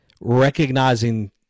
recognizing